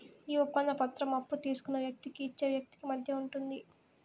ఈ ఒప్పంద పత్రం అప్పు తీసుకున్న వ్యక్తికి ఇచ్చే వ్యక్తికి మధ్య ఉంటుంది